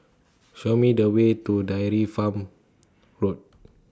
Show Me The Way to Dairy Farm Road